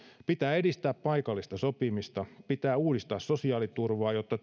pitää edistää paikallista sopimista pitää uudistaa sosiaaliturvaa jotta